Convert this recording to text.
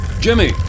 Jimmy